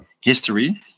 history